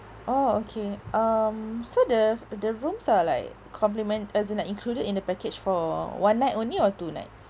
oh okay um so the the rooms are like complement as in like included in the package for one night only or two nights